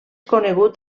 conegut